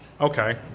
Okay